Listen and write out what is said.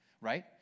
right